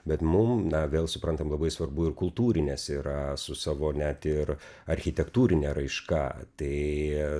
bet mum na vėl suprantam labai svarbu ir kultūrinės yra su savo net ir architektūrine raiška tai